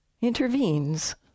intervenes